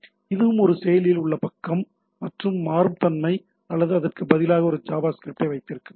இதுவும் ஒரு செயலில் உள்ள பக்கம் அல்லது மாறும் தன்மை அல்லது அதற்கு பதிலாக ஒரு ஜாவாஸ்கிரிப்ட் வைத்திருக்க முடியும்